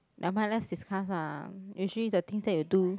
nevermind let's discuss ah usually the things that you do